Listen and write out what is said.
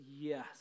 yes